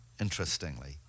interestingly